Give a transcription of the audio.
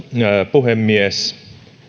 puhemies